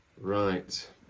Right